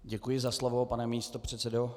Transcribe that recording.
Děkuji za slovo, pane místopředsedo.